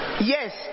yes